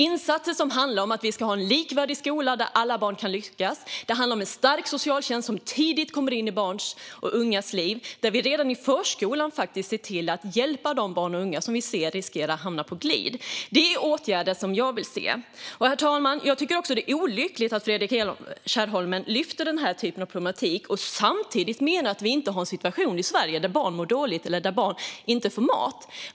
Det handlar om att vi ska ha en likvärdig skola där alla barn kan lyckas. Det handlar om en stark socialtjänst som tidigt kommer in i barns och ungas liv. Det handlar om att vi redan i förskolan ser till att hjälpa de barn som vi ser riskerar att hamna på glid. Det är åtgärder som jag vill se. Herr talman! Jag tycker också att det är olyckligt att Fredrik Kärrholm lyfter denna problematik och samtidigt menar att vi inte har en situation i Sverige där barn mår dåligt eller där barn inte får mat.